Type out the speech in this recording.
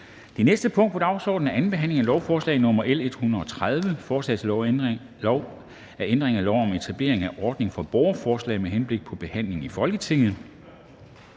Det næste punkt på dagsordenen er: 17) 2. behandling af lovforslag nr. L 130: Forslag til lov om ændring af lov om etablering af en ordning for borgerforslag med henblik på behandling i Folketinget.